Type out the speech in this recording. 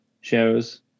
shows